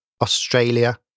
Australia